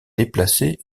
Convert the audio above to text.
déplacer